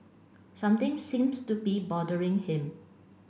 something seems to be bothering him